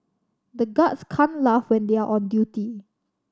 the guards can't laugh when they are on duty